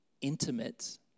intimate